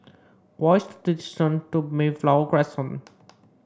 what is the distance to Mayflower Crescent